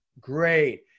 Great